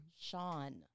Sean